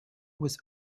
was